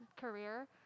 career